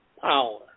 power